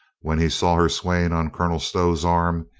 when he saw her swaying on colonel stow's arm,